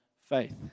faith